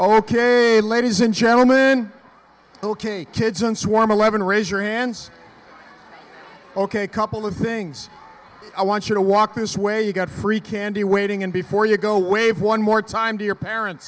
ok ladies and gentlemen will cain kids and swarm eleven raise your hands ok couple of things i want you to walk this way you got free candy waiting and before you go wave one more time to your parents